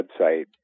website